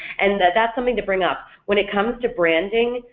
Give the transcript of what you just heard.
and that's something to bring up, when it comes to branding,